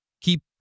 keep